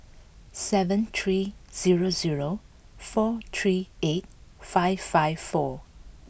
seven three zero zero four three eight five five four